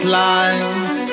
lines